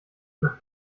nach